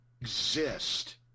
exist